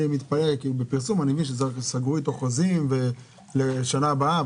בפרסום אני מבין שסגרו איתו חוזים לשנה הבאה,